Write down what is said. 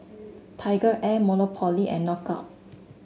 TigerAir Monopoly and Knockout